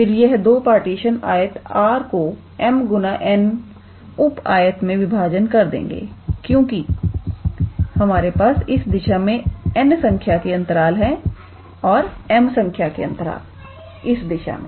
फिर यह दो पार्टीशन आयत R को m गुना n उप आयत में विभाजन कर देंगे क्योंकि हमारे पास इस दिशा में n संख्या के अंतराल है और m संख्या के अंतराल इस दिशा में